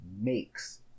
makes